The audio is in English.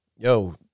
Yo